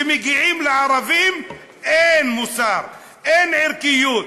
כשמגיעים לערבים אין מוסר, אין ערכיות.